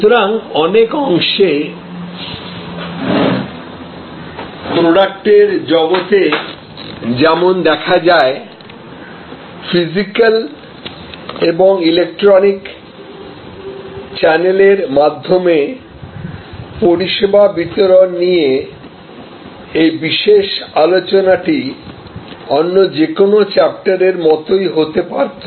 সুতরাং অনেক অংশে প্রোডাক্টের জগতে যেমন দেখা যায় ফিজিক্যাল এবং ইলেকট্রনিক চ্যানেলের মাধ্যমে পরিষেবা বিতরণ নিয়ে এই বিশেষ আলোচনাটি অন্য যে কোনও চ্যাপ্টারের মতোই হতে পারত